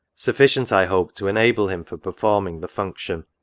sufficient, i hope, to enable him for performing the function.